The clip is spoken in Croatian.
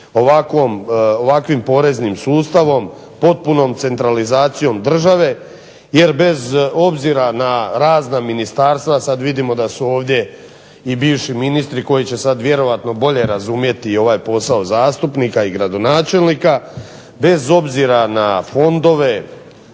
ovakvim poreznim sustavom, potpunom centralizacijom države, jer bez obzira na razna ministarstva, sad vidimo da su ovdje i bivši ministri koji će sad vjerojatno bolje razumjeti ovaj posao zastupnika i gradonačelnika, bez obzira na fondove,